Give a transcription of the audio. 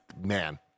man